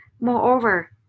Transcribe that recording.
moreover